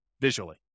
visually